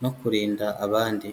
no kurinda abandi.